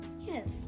yes